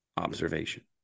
Observation